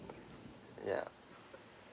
ya